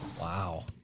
Wow